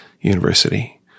university